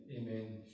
Amen